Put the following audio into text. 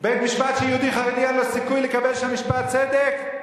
בית-משפט שיהודי חרדי אין לו סיכוי לקבל שם משפט צדק?